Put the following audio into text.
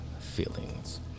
feelings